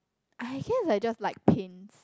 I guess I just like paints